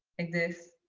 like these.